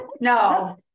No